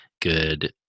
good